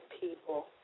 people